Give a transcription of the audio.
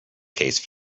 case